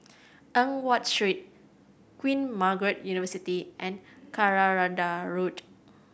Eng Watt Street Queen Margaret University and Jacaranda Road